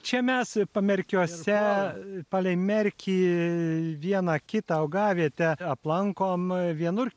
čia mes pamerkiuose palei merkį vieną kitą augavietę aplankom vienur